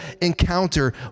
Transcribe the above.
encounter